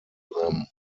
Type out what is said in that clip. them